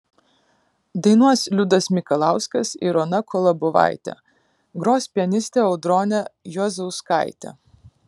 dainuos liudas mikalauskas ir ona kolobovaitė gros pianistė audronė juozauskaitė